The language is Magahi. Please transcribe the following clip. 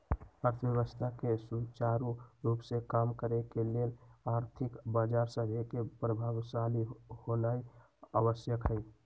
अर्थव्यवस्था के सुचारू रूप से काम करे के लेल आर्थिक बजार सभके प्रभावशाली होनाइ आवश्यक हइ